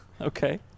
Okay